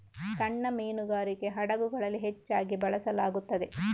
ಸಣ್ಣ ಮೀನುಗಾರಿಕೆ ಹಡಗುಗಳಲ್ಲಿ ಹೆಚ್ಚಾಗಿ ಬಳಸಲಾಗುತ್ತದೆ